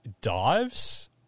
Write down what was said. dives